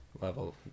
level